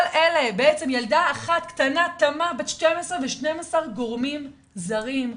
כל אלה בעצם ילדה אחת קטנה תמה בת 12 ו-12 גורמים זרים,